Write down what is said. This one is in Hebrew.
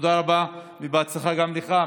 תודה רבה ובהצלחה גם לך.